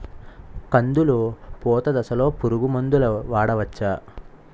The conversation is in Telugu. కందులు పూత దశలో పురుగు మందులు వాడవచ్చా?